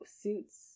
suits